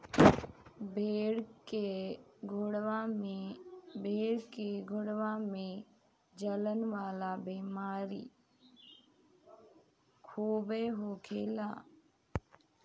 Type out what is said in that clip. भेड़ के गोड़वा में जलन वाला बेमारी खूबे होखेला